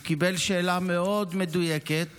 הוא קיבל שאלה מאוד מדויקת